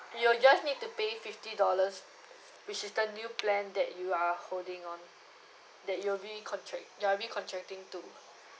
you'll just need to pay fifty dollars which is the new plan that you are holding on that you'll recontract you're recontracting to